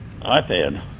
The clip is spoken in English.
iPad